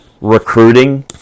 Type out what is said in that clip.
recruiting